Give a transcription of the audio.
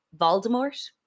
Voldemort